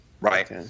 right